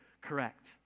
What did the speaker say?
correct